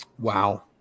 Wow